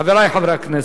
חברי חברי הכנסת,